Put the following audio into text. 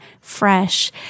fresh